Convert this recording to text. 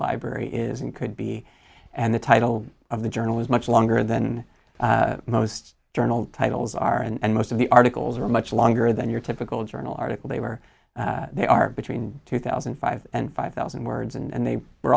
library is and could be and the title of the journal is much longer than most journal titles are and most of the articles are much longer than your typical journal article they were there are between two thousand and five and five thousand words and they were